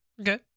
Okay